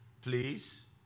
please